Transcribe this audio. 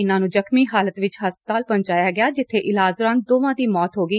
ਇਨੁਾਂ ਨੂੰ ਜਖਮੀ ਹਾਲਤ ਵਿਚ ਹਸਪਤਾਲ ਪਹੁੰਚਾਇਆ ਗਿਆ ਜਿੱਬੇ ਇਲਾਜ ਦੌਰਾਨ ਦੋਵਾਂ ਦੀ ਮੌਤ ਹੋ ਗਈ